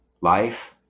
life